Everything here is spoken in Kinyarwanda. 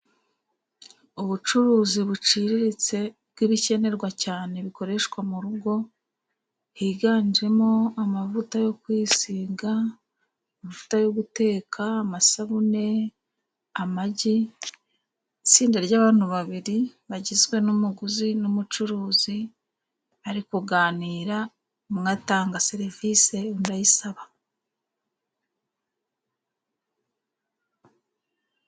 Ubucuruzi buciriritse bw'ibikenerwa cyane bikoreshwa mu rugo， higanjemo amavuta yo kwisiga， amavuta yo guteka，amasabune， amagi， itsinda ry'abantu babiri bagizwe n'umuguzi n'umucuruzi, bari kuganira， umwe atanga serivisi，undi ayisaba.